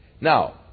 Now